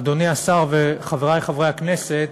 אדוני השר וחברי חברי הכנסת,